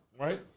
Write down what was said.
right